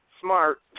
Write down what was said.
smart